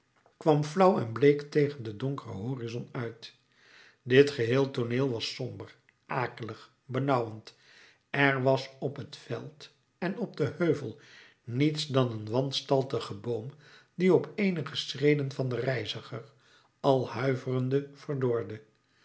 kwam flauw en bleek tegen den donkeren horizon uit dit geheel tooneel was somber akelig benauwend er was op het veld en op den heuvel niets dan een wanstaltige boom die op eenige schreden van den reiziger al huiverende verdorde